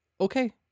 okay